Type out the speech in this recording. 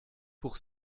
pour